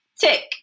Tick